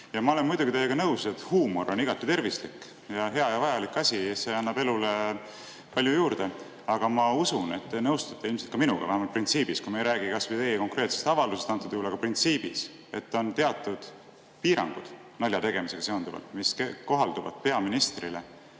Ma olen muidugi teiega nõus, et huumor on igati tervislik, hea ja vajalik asi, see annab elule palju juurde, aga ma usun, et te nõustute ilmselt ka minuga, vähemalt printsiibis. Me ei räägi antud juhul kas või teie konkreetsest avaldusest, me räägime printsiibist, et on teatud piirangud naljategemisega seonduvalt, mis kohalduvad peaministrile,